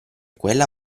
quella